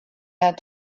had